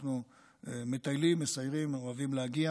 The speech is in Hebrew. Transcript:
כשאנחנו מטיילים ומסיירים אנחנו אוהבים להגיע